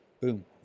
Boom